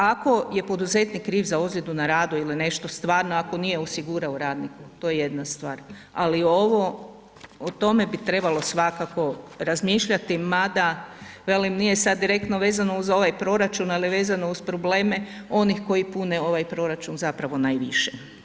Ako je poduzetnik kriv za ozljedu na radu ili nešto stvarno, ako nije osigurao radniku, to je jedna stvar, ali ovo, o tome bi trebalo svakako razmišljati, ma da, velim, nije sad direktno vezano za ovaj proračun, ali vezano uz probleme onih koji pune ovaj proračun zapravo najviše.